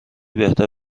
بهتر